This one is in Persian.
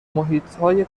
محیطهای